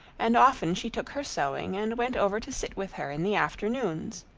and often she took her sewing and went over to sit with her in the afternoons.